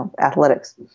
athletics